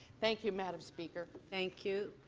thank you, madam speaker. thank you.